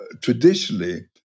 Traditionally